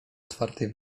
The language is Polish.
otwartej